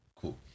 Cool